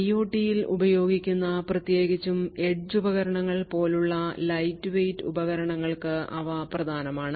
IOT ൽ ഉപയോഗിക്കുന്ന പ്രത്യേകിച്ചും എഡ്ജ് ഉപകരണങ്ങൾ പോലുള്ള lightweight ഉപകരണങ്ങൾക്ക് അവ പ്രധാനമാണ്